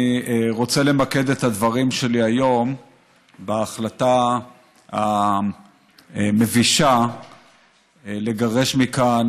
אני רוצה למקד את הדברים שלי היום בהחלטה המבישה לגרש מכאן,